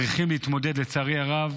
ולצערי הרב